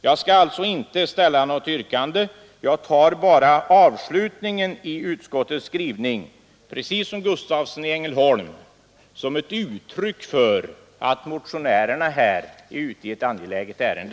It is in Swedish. Jag skall inte framställa något yrkande, men jag tar avslutningen av utskottets skrivning — precis som herr Gustavsson i Ängelholm — som ett uttryck för att motionärerna här är ute i ett angeläget ärende.